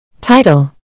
TITLE